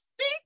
see